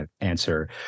answer